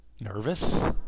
nervous